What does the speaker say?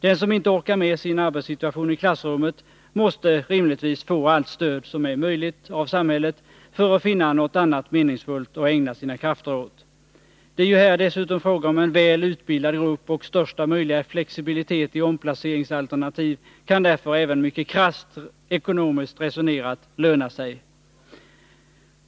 Den som inte orkar med sin arbetssituation i klassrummet måste rimligtvis få allt stöd som är möjligt av samhället för att finna något annat meningsfullt att ägna sina krafter åt. Det är ju här dessutom fråga om en väl utbildad grupp, och största möjliga flexibilitet i omplaceringsalternativ kan därför även mycket krasst ekonomiskt resonerat löna sig.